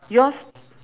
yours